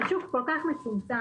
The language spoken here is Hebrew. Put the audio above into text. השוק כל כך מצומצם,